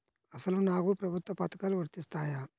అసలు నాకు ప్రభుత్వ పథకాలు వర్తిస్తాయా?